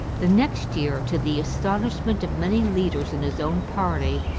the next year, to the astonishment of many leaders in his own party,